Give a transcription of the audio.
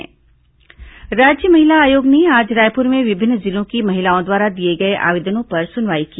महिला आयोग सुनवाई राज्य महिला आयोग ने आज रायपुर में विभिन्न जिलों की महिलाओं द्वारा दिए गए आवेदनों पर सुनवाई की